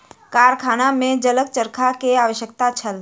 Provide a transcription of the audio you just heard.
कारखाना में जलक चरखा के आवश्यकता छल